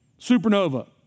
supernova